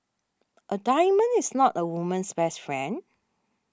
a diamond is not a woman's best friend